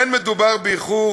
אין מדובר באיחור